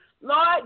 Lord